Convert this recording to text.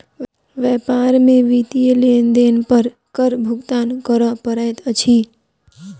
व्यापार में वित्तीय लेन देन पर कर भुगतान करअ पड़ैत अछि